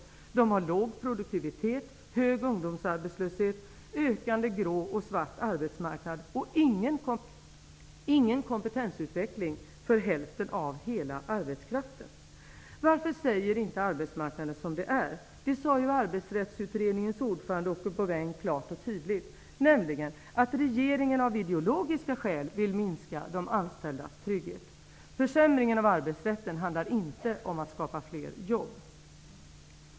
England har låg produktivitet, hög ungdomsarbetslöshet, ökande grå och svart arbetsmarknad och ingen kompetensutveckling för hälften av hela arbetskraften. Varför säger inte arbetsmarknadsministern som det är? Det sade ju Arbetsrättsutredningens ordförande Åke Bouvin, klart och tydligt, nämligen att regeringen av ideologiska skäl vill minska de anställdas trygghet. Försämringen av arbetsrätten handlar inte om att skapa fler jobb.